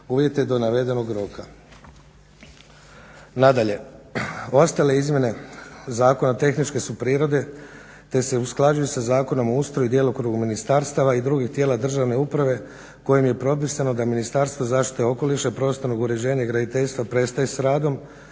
uvjete do navedenog roka. Nadalje, ostale izmjene zakona tehničke su prirode te se usklađuju sa zakonom o ustroju i djelokrugu ministarstava i drugih tijela državne uprave kojim je propisano da Ministarstvo zašite okoliša, prostornog uređenja i graditeljstva prestaje s radom,